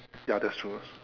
ya that's true